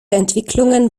entwicklungen